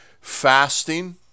Fasting